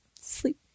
sleep